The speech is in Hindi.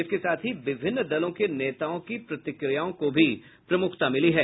इसके साथ ही विभिन्न दलों के नेताओं की प्रतिक्रियाओं को भी प्रमुखता मिली है